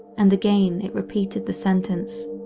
and again, it repeated the sentence,